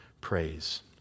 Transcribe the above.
praise